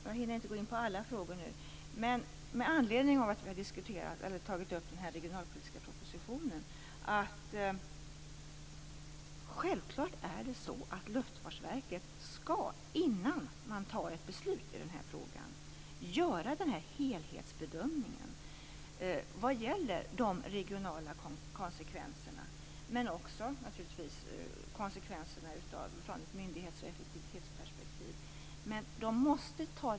Jag hinner nu inte gå in på alla frågor, men med anledning av att den regionalpolitiska propositionen har tagits upp vill jag påpeka att det självklart är så att Luftfartsverket innan man tar ett beslut i den här frågan skall göra en helhetsbedömning av de regionala konsekvenserna liksom naturligtvis också av konsekvenserna ur ett myndighets och effektivitetsperspektiv.